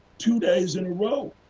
two days in a row.